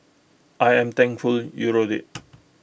I am thankful you wrote IT